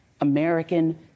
American